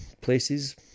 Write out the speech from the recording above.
places